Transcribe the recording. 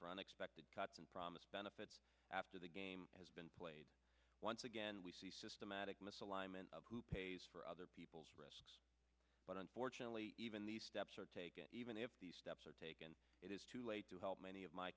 for unexpected cuts in promised benefits after the game has been played once again we see systematic misalignment of who pays for other people's rest but unfortunately even these steps are taken even if these steps are taken it is too late to help many of my